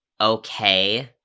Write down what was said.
okay